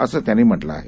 असं त्यांनी म्हटलं आहे